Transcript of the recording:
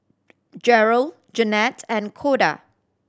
Jerrold Janette and Koda